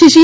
Shri C